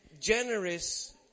generous